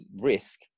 risk